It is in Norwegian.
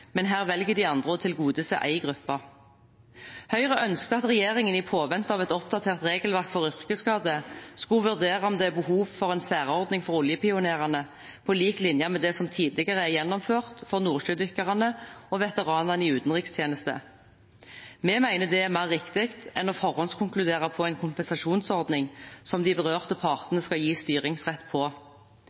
men her velger de andre å tilgodese en gruppe. Høyre ønsket at regjeringen, i påvente av et oppdatert regelverk for yrkesskade, skulle vurdere om det er behov for en særordning for oljepionerene på lik linje med det som tidligere er gjennomført for nordsjødykkerne og veteranene i utenrikstjeneste. Vi mener det er mer riktig enn å forhåndskonkludere på en kompensasjonsordning som de berørte partene skal gis styringsrett på.